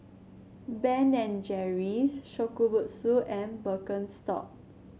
Ben and Jerry's Shokubutsu and Birkenstock